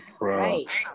right